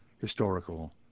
historical